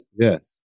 Yes